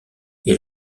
est